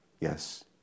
Yes